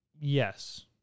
yes